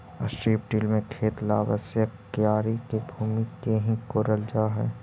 strip till में खेत ला आवश्यक क्यारी के भूमि के ही कोड़ल जा हई